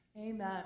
Amen